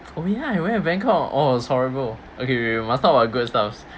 for me I went to bangkok oh it's horrible okay you must talk about good stuffs